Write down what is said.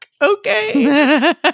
okay